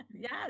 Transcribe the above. Yes